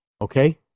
okay